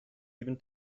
even